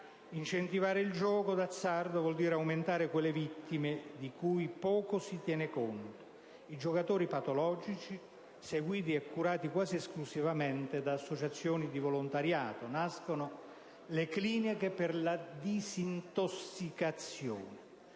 Incentivare il gioco d'azzardo vuol dire aumentare quelle vittime di cui poco si tiene conto, i giocatori patologici. Essi sono seguiti e curati quasi esclusivamente da associazioni di volontariato; nascono le cliniche per la disintossicazione.